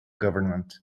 government